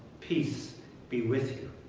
peace be with you.